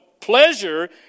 pleasure